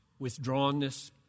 withdrawnness